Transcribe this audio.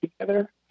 together